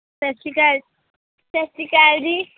ਸਤਿ ਸ਼੍ਰੀ ਅਕਾਲ ਸਤਿ ਸ਼੍ਰੀ ਅਕਾਲ ਜੀ